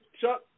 Chuck